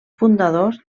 fundadors